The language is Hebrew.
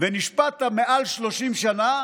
ונשפטת למעל 30 שנה,